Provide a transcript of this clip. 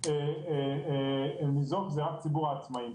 ומי שניזוק זה רק ציבור העצמאים.